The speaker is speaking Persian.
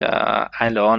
الان